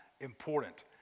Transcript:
important